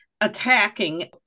attacking